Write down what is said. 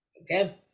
Okay